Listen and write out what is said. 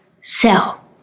sell